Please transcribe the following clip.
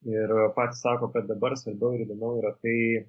ir patys sako kad dabar svarbiau ir įdomiau yra tai